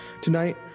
Tonight